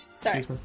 Sorry